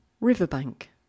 Riverbank